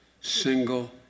single